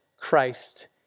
Christ